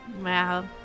Wow